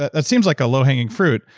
ah that seems like a low hanging fruit,